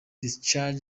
discharge